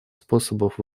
способов